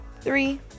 three